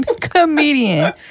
comedian